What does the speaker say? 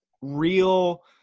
real